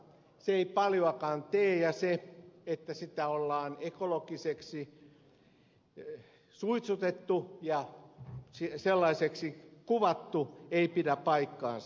se ei paljoakaan tee ja se että sitä on ekologiseksi suitsutettu ja sellaiseksi kuvattu ei pidä paikkaansa